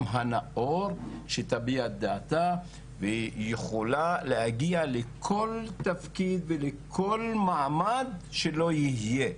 הנאור שתביעה את דעתה והיא יכולה להגיע לכל תפקיד ולכל מעמד שלא יהיה.